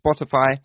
Spotify